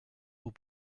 aux